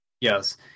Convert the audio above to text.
Yes